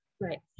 right